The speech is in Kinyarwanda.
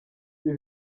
ibi